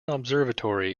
observatory